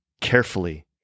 carefully